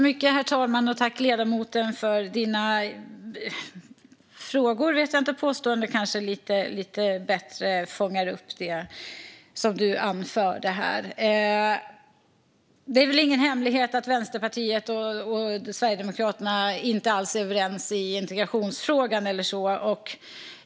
Herr talman! Jag tackar ledamoten för frågorna, även om ordet påståenden kanske bättre fångar det som ledamoten anförde här. Det är väl ingen hemlighet att Vänsterpartiet och Sverigedemokraterna inte alls är överens i integrationsfrågan.